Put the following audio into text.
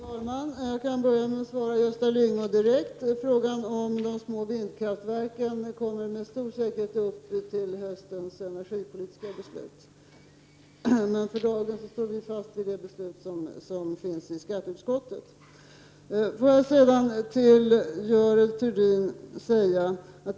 Fru talman! Jag skall börja med att svara Gösta Lyngå direkt. Frågan om de små vindkraftverken kommer med stor säkerhet upp till behandling i sam band med höstens energipolitiska beslut, men för dagen står vi fast vid det beslut som har fattats i skatteutskottet.